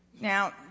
Now